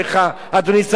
אדוני שר האוצר,